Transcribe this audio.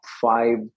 five